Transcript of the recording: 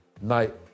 night